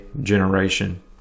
generation